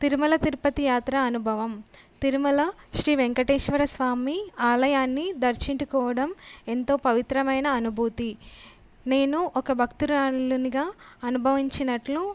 తిరుమల తిరుపతి యాత్ర అనుభవం తిరుమల శ్రీ వెంకటేశ్వర స్వామి ఆలయాన్ని దర్శించుకోవడం ఎంతో పవిత్రమైన అనుభూతి నేను ఒక భక్తురాలునిగా అనుభవించినట్లు